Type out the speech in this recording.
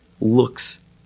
looks